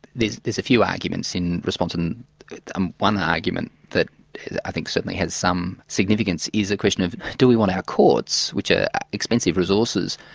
there's there's a few arguments in response. um one argument that i think certainly has some significance, is the question of do we want our courts, which are expensive resources,